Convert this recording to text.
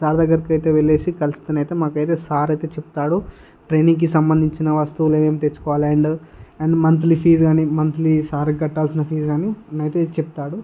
sir దగ్గరకైతే వెళ్ళేసి కలుసుకునైతే మాకైతే సార్ అయితే చెప్తాడు ట్రైనింగ్కి సంబంధించిన వస్తువులు ఏమి తెచ్చుకోవాలి అండ్ అండ్ మంత్లీ ఫీస్ కానీ మంత్లీ సార్కి కట్టాల్సిన ఫీస్ కానీ తనైతే చెప్తాడు